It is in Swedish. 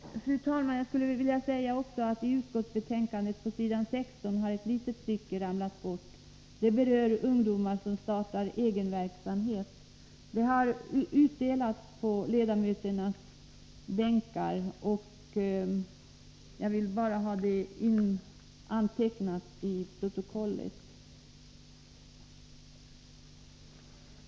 Fru talman! I utskottsbetänkandet har på s. 16 ett litet stycke fallit bort. Det rör ungdomar som startar egen verksamhet. Ett rättelseblad delas ut på ledamöternas bänkar, och jag vill bara ha detta antecknat i protokollet.